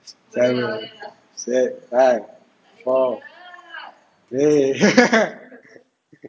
seven six five four three